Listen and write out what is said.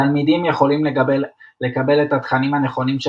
תלמידים יכולים לקבל את התכנים הנכונים של